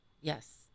Yes